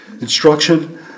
instruction